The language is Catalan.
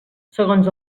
segons